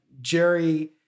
Jerry